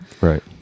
Right